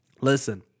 Listen